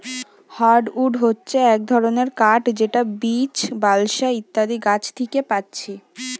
hardwood হচ্ছে এক ধরণের কাঠ যেটা বীচ, বালসা ইত্যাদি গাছ থিকে পাচ্ছি